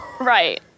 Right